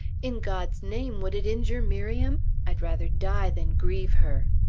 in god's name, would it injure miriam? i'd rather die than grieve her.